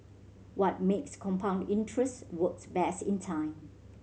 what makes compound interest works best in time